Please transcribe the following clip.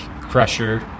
crusher